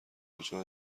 کجا